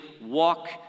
walk